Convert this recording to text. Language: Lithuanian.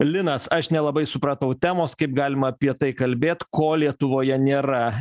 linas aš nelabai supratau temos kaip galima apie tai kalbėt ko lietuvoje nėra